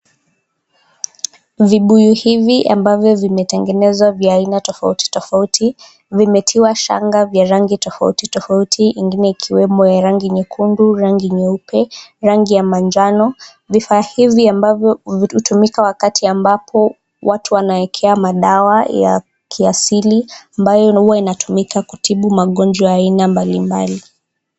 Vibuyu hivi ambavyo vimetengenezwa vya aina tofauti tofauti vimetiwa shanga vya rangi tofauti ingine ikiwemo ya rangi nyekundu ,rangi nyeupe, rangi ya manjano. Vifaa hivi amabvyo hutumika wakati ambapo watu wanaekewa madawa ya kiasili ambayo huwa inatumia kutibu magonjwa ya aina mbali mbali.